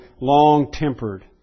long-tempered